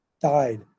Died